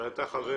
אתה יודע כמה